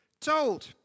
told